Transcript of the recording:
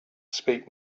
speak